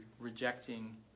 rejecting